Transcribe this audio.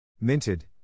Minted